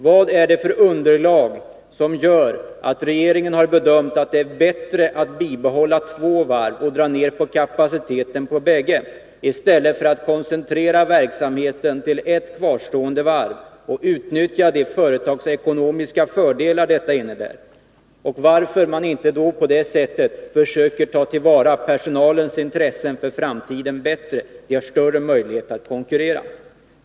Vad är det för underlag som gör att regeringen har bedömt att det är bättre att bibehålla två varv och dra ned på kapaciteten på bägge än att koncentrera verksamheten till ett kvarstående varv och utnyttja de företagsekonomiska fördelar detta innebär? Varför försöker man inte på det sättet ta till vara personalens intressen för framtiden bättre, eftersom det ger större möjligheter att konkurrera?